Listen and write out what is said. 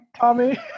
Tommy